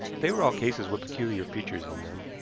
they were all cases with peculiar features in them,